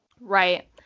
Right